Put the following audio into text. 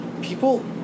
people